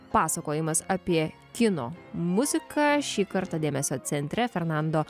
pasakojimas apie kino muziką šį kartą dėmesio centre fernando